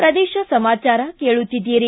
ಪ್ರದೇಶ ಸಮಾಚಾರ ಕೇಳುತ್ತೀದ್ದಿರಿ